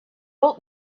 old